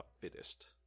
fittest